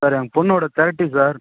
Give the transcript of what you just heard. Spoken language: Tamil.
சார் என் பொண்ணோடய தெரட்டி சார்